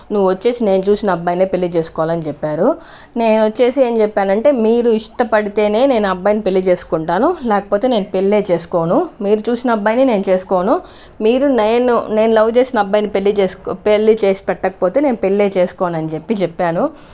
నువ్వు వచ్చేసి నేను చూసిన అబ్బాయినే పెళ్లి చేసుకోవాలని చెప్పారు నేను వచ్చేసి ఏం చెప్పానంటే మీరు ఇష్టపడితేనే నేను అబ్బాయిని పెళ్లి చేసుకుంటాను లేకపోతే నేను పెళ్లే చేసుకోను మీరు చూసిన అబ్బాయిని నేను చేసుకోను మీరు నేను నేను లవ్ చేసిన అబ్బాయిని పెళ్లి చేసుకో పెళ్లి చేసి పెట్టకపోతే నేను పెళ్లే చేసుకోను అని చెప్పి చెప్పాను